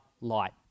light